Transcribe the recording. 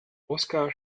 oskar